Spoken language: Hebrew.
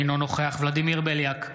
אינו נוכח ולדימיר בליאק,